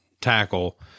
tackle